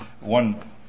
one